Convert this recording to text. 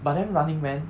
but then running man